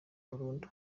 burundu